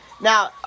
now